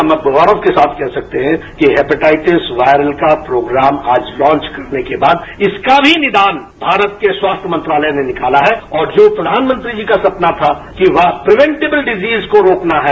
हम गौरव के साथ कह सकते है कि हेपेटाइटिस वायरल का प्रोग्राम आज लांच करने के बाद इसका भी निदान भारत के स्वास्थ्य मंत्रालय ने निकाला है और जो प्रधानमंत्री जी का सपना था कि वह प्रीवेंटिबल डिसीज को रोकना है